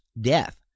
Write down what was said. death